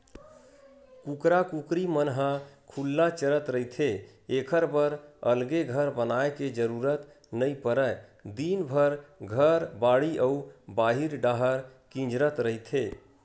कुकरा कुकरी मन ह खुल्ला चरत रहिथे एखर बर अलगे घर बनाए के जरूरत नइ परय दिनभर घर, बाड़ी अउ बाहिर डाहर किंजरत रहिथे